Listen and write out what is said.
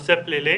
בנושא פלילי